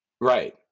Right